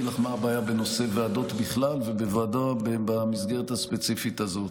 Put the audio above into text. אני אגיד לך מה הבעיה בנושא של הוועדות בכלל ובמסגרת הספציפית הזאת.